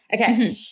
Okay